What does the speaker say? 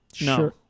No